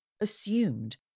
assumed